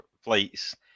flights